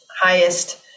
highest